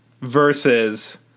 versus